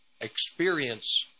experience